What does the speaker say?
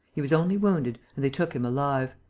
he was only wounded, and they took him alive.